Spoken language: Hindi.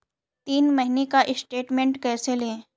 तीन महीने का स्टेटमेंट कैसे लें?